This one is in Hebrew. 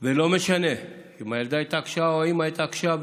לא משנה אם הילדה התעקשה או האימא התעקשה,